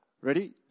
Ready